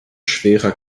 schwerer